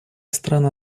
страна